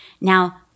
now